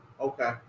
Okay